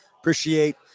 Appreciate